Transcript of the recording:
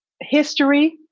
history